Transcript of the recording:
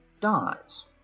dies